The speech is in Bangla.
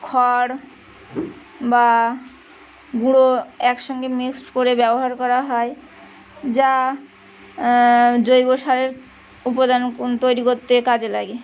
খড় বা গুঁড়ো একসঙ্গে মিক্সড করে ব্যবহার করা হয় যা জৈব সারের উপাদান তৈরি করতে কাজে লাগে